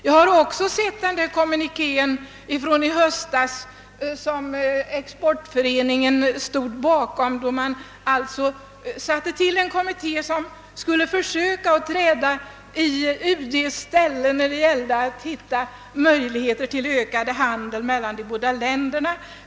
Jag har också sett kommunikén från i höstas — som Exportföreningen stod bakom — då man tillsatte en kommitté som skulle försöka att träda i UD:s ställe när det gällde att hitta möjligheter till ökad handel mellan de båda länderna.